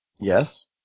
Yes